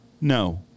No